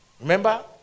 remember